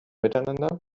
miteinander